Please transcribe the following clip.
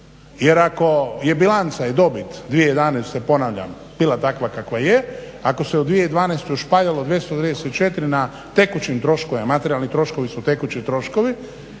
Jer ako je bilanca i dobit 2011. ponavljam bila takva kakva je, ako se u 2012. ušparalo 234 na tekućim troškovima, materijalni troškovi su tekući troškovi,